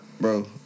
Bro